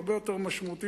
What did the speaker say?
הרבה יותר משמעותיים,